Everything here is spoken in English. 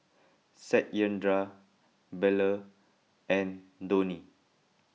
Satyendra Bellur and Dhoni